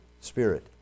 Spirit